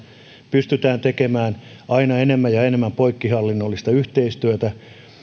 pystytään tekemään aina enemmän ja enemmän poikkihallinnollista yhteistyötä